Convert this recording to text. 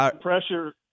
pressure –